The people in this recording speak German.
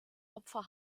opfer